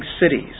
cities